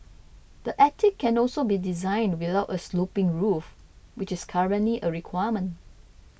the attic can also be designed without a sloping roof which is currently a requirement